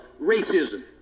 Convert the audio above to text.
racism